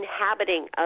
inhabiting